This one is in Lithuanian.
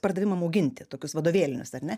pardavimam auginti tokius vadovėlinius ar ne